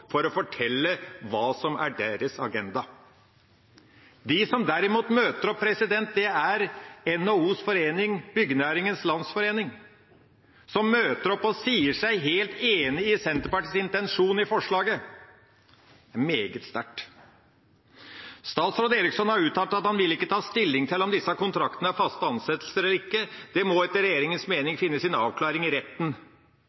for å fortelle hva som er deres agenda. De som derimot møtte opp, var NHOs forening Byggenæringens Landsforening, som møtte opp og sa seg helt enig i Senterpartiets intensjon i forslaget. Meget sterkt. Statsråd Eriksson har uttalt at han ikke vil ta stilling til om disse kontraktene er faste ansettelser eller ikke. Det må etter regjeringas mening finne sin avklaring i retten.